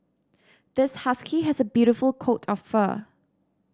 this husky has a beautiful coat of fur